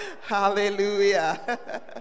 hallelujah